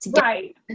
Right